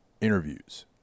interviews